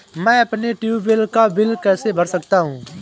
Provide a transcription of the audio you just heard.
मैं अपने ट्यूबवेल का बिल कैसे भर सकता हूँ?